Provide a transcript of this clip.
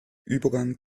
übergang